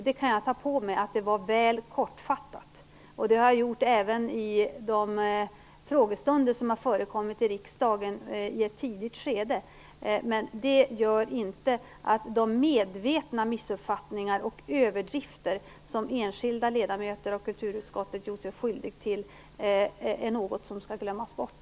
Jag kan ta på mig att den var väl kortfattad, vilket jag i ett tidigt skede har gjort även i de frågestunder som har förekommit i riksdagen. Men det gör inte att de medvetna missuppfattningar och överdrifter som enskilda ledamöter i kulturutskottet har gjort sig skyldiga till är något som skall glömmas bort.